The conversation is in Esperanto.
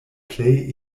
plej